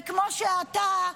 וכמו שאתה,